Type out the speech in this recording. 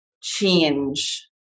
change